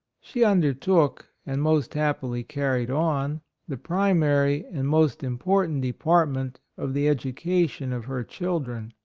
she under took, and most happily carried on the primary and most important department of the education of her children.